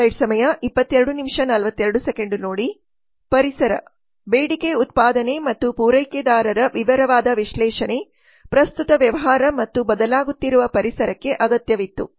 ಪರಿಸರ ಬೇಡಿಕೆ ಉತ್ಪಾದನೆ ಮತ್ತು ಪೂರೈಕೆದಾರರ ವಿವರವಾದ ವಿಶ್ಲೇಷಣೆ ಪ್ರಸ್ತುತ ವ್ಯವಹಾರ ಮತ್ತು ಬದಲಾಗುತ್ತಿರುವ ಪರಿಸರಕ್ಕೆ ಅಗತ್ಯವಿತ್ತು